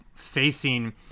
facing